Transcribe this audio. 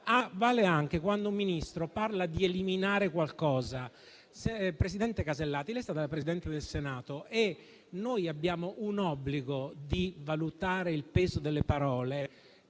vale anche quando un Ministro parla di eliminare qualcosa: presidente Casellati, lei è stata Presidente del Senato e noi abbiamo un obbligo, quello di valutare il peso delle parole: